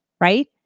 right